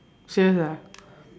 serious ah